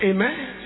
Amen